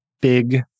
big